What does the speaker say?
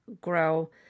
grow